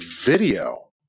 video